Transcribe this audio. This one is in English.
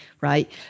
right